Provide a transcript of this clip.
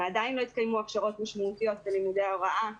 - הכשרות משמעותיות ללימודי הוראה במכינות.